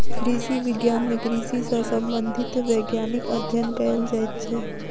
कृषि विज्ञान मे कृषि सॅ संबंधित वैज्ञानिक अध्ययन कयल जाइत छै